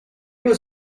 was